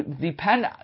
Depend